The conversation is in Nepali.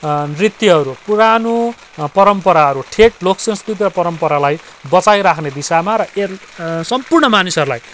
नृत्यहरू पुरानो परम्पराहरू ठेट लोक सांस्कृतिक परम्परालाई बचाइराख्ने दिशामा र सम्पूर्ण मानिसहरूलाई